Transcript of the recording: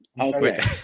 Okay